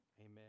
amen